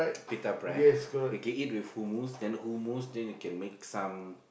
pita bread you can eat with who moves then who moves then you can make some